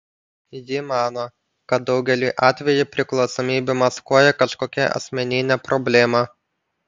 ji mano kad daugeliu atveju priklausomybė maskuoja kažkokią asmeninę problemą